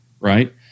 right